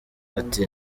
ati